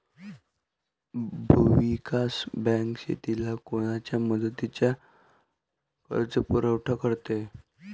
भूविकास बँक शेतीला कोनच्या मुदतीचा कर्जपुरवठा करते?